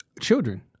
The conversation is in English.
children